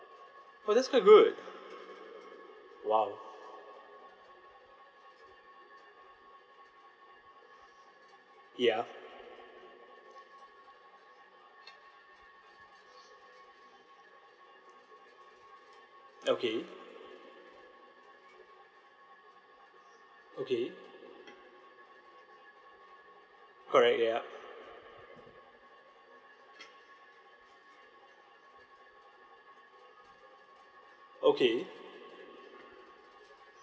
!wah! that's quite good !wow! yup okay okay correct yup okay